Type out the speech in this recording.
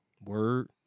word